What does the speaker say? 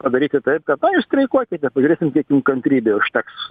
padaryti taip kad streikuokite pažiūrėsim kiek jum kantrybė užteks